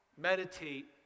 meditate